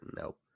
nope